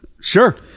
sure